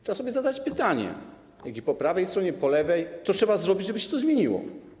Trzeba sobie zadać pytanie, po prawej stronie, po lewej: Co trzeba zrobić, żeby to się zmieniło?